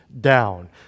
down